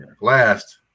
Last